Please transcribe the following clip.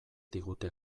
digute